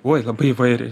oi labai įvairiai